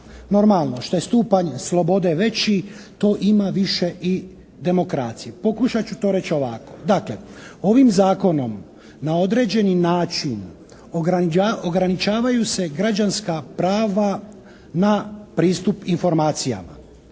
Normalno, što je stupanj slobode veći to ima više i demokracije. Pokušat ću to reći ovako. Dakle ovim zakonom na određeni način ograničavaju se građanska prava na pristup informacijama.